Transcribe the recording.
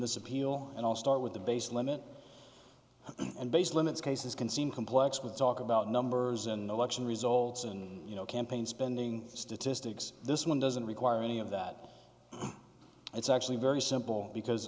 this appeal and i'll start with the basic limit and base limits cases can seem complex with talk about numbers and election results and you know campaign spending statistics this one doesn't require any of that it's actually very simple because